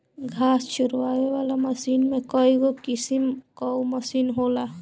घास झुरवावे वाला मशीन में कईगो किसिम कअ मशीन होला